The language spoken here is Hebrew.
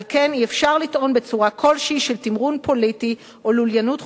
על כן אי-אפשר לטעון בצורה כלשהו של תמרון פוליטי או לוליינות חוקית,